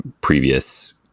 previous